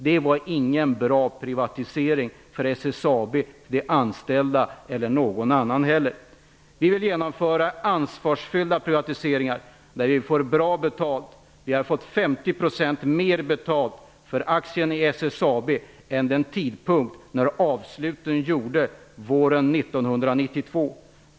Det var ingen bra privatisering vare sig för SSAB, för de anställda eller för någon annan. Vi vill genomföra ansvarsfulla privatiseringar där vi får bra betalt. Vi har fått 50 % mer betalt för aktierna i SSAB än vad de var värda vid den tidpunkt då avsluten gjordes våren 1992.